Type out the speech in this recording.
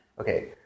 Okay